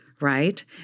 right